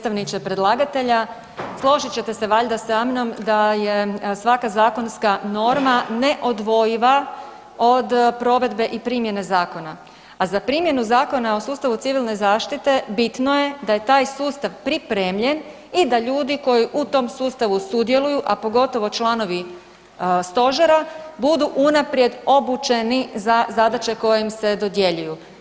Uvaženi predstavniče predlagatelja, složit ćete se valjda sa mnom da je svaka zakonska norma neodvojiva od provedbe i primjene zakona a za primjenu Zakona o sustavu civilne zaštite bitno je da je taj sustav pripremljen i da ljudi koji u tom sustavu sudjeluju a pogotovo članovi stožera, budu unaprijed obučeni za zadaće koje im se dodjeljuju.